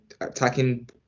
attacking